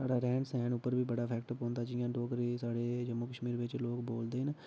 साढ़ै रैह्ंन सैह्न उप्पर बी बड़ी अफैक्ट पौंदा जियां डोगरी साढ़ै जम्मू कश्मीर बिच्च लोग बोलदे न